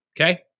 Okay